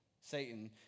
Satan